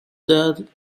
dared